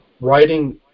writing